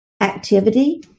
activity